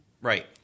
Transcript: Right